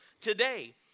today